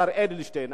השר אדלשטיין.